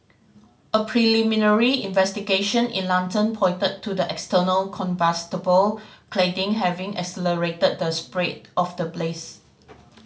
a preliminary investigation in London pointed to the external combustible cladding having accelerated the spread of the blaze